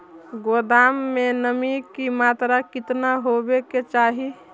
गोदाम मे नमी की मात्रा कितना होबे के चाही?